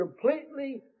completely